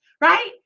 right